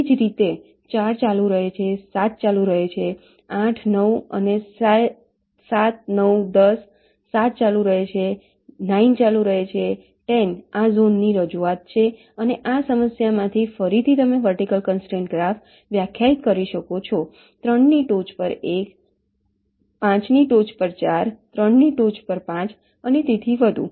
એ જ રીતે 4 ચાલુ રહે છે 7 ચાલુ રહે છે 8 9 અને 7 9 10 7 ચાલુ રહે છે 9 ચાલુ રહે છે 10 આ ઝોનની રજૂઆત છે અને આ સમસ્યામાંથી ફરીથી તમે વર્ટિકલ કન્સ્ટ્રેંટ ગ્રાફ વ્યાખ્યાયિત કરી શકો છો 3 ની ટોચ પર 1 5 ના ટોચ પર 4 3 ની ટોચ પર 5 અને તેથી વધુ